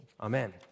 Amen